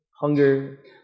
hunger